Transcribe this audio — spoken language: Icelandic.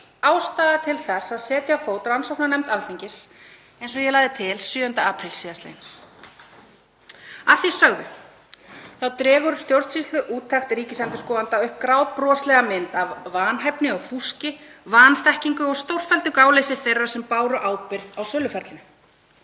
ástæða til þess að setja á fót rannsóknarnefnd Alþingis eins og ég lagði til 7. apríl sl. Að því sögðu dregur stjórnsýsluúttekt ríkisendurskoðanda upp grátbroslega mynd af vanhæfni og fúski, vanþekkingu og stórfelldu gáleysi þeirra sem báru ábyrgð á söluferlinu.